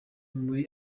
muri